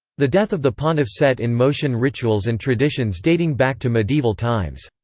the death of the pontiff set in motion rituals and traditions dating back to medieval times.